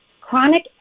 chronic